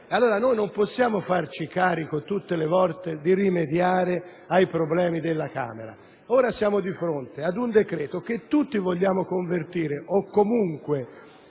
l'anomalia. Non possiamo farci carico tutte le volte di rimediare ai problemi della Camera. Ora siamo di fronte ad un decreto che tutti vogliamo convertire (o comunque